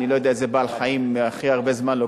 אני לא יודע לאיזה בעל-חיים לוקח הכי הרבה זמן,